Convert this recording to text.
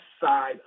side